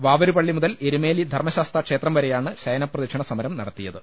വാവരുപളളി മുതൽ എരുമേലി ധർമ്മശാസ്താ ക്ഷേത്രം വരെയാണ് ശയന പ്രദക്ഷിണ സ്മരം നടത്തിയത്